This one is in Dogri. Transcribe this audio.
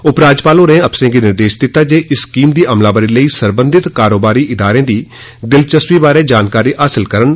उपराज्यपाल होरें अफसरें गी निर्देश दित्ता इस स्कीम दी अलमावरी लेई सरबंघत कारोबारी इदारें दी दिलचस्पी बारै जानकारी हासल करन